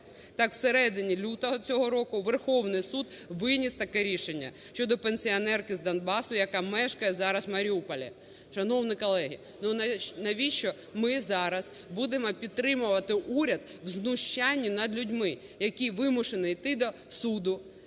Так, всередині лютого цього року Верховний Суд виніс таке рішення щодо пенсіонерки з Донбасу, яка мешкає зараз в Маріуполі. Шановні колеги, ну навіщо ми зараз будемо підтримувати уряд в знущанні над людьми, які вимушені іти до суду,